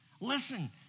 listen